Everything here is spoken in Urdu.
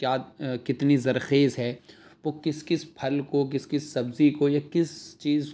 کیا کتنی زرخیز ہے وہ کس کس پھل کو کس کس سبزی کو یا کس چیز